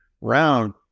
round